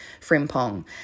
Frimpong